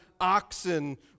oxen